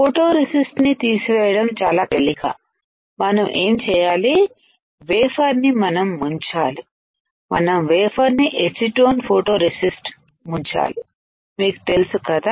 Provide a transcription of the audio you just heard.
photo resist ని తీసివేయడం చాలా తేలిక మనం ఏమి చేయాలి వేఫర్ ని మనం ముంచాలి మనం వేఫర్ ని ఎసిటోన్ ఫోటో రెసిస్టె ముంచాలి మీకు తెలుసు కదా